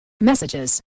Messages